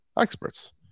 experts